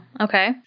okay